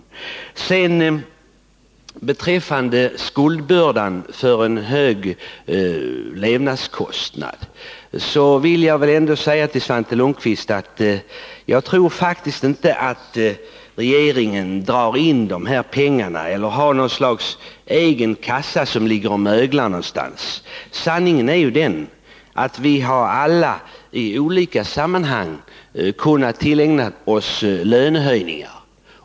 Vad sedan beträffar skuldbördan för våra höga levnadskostnader vill jag säga till Svante Lundkvist att jag faktiskt inte tror att regeringen har någon egen kassa där pengarna ligger och möglar. Sanningen är ju att vi alla, i olika sammanhang, kunnat tillgodogöra oss lönehöjningar.